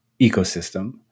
ecosystem